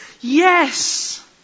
yes